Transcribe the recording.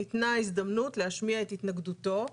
ניתנה הזדמנות להשמיע את התנגדותו,